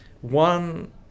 one